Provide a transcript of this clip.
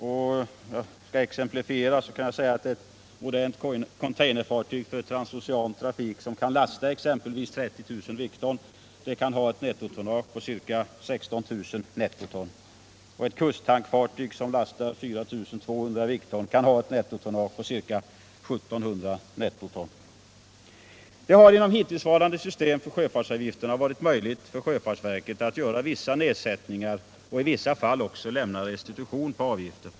För att exemplifiera vill jag säga att ett modernt containerfartyg för transocean trafik som kan lasta exempelvis 30 000 viktton kan ha ett nettotonnage på ca 16 000 nettoton. Ett kusttankfartyg som lastar 4 200 viktton kan ha ett nettotonnage på ca 1 700 nettoton. Det har inom hittillsvarande system för sjöfartsavgifterna varit möjligt för sjöfartsverket att göra vissa nedsättningar och i vissa fall också lämna restitution på avgifter.